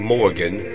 Morgan